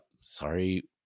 sorry